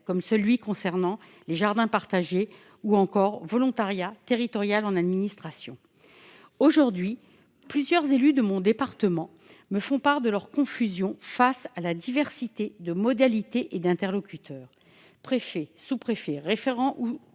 comme celui qui concerne les jardins partagés, ou encore volontariat territorial en administration (VTA). Aujourd'hui, plusieurs élus de mon département me font part de leur confusion face à la diversité de modalités et au grand nombre d'interlocuteurs : préfet, sous-préfet, référent ou